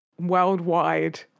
worldwide